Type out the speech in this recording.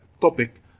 topic